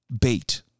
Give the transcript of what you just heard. bait